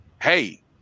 Hey